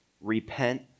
Repent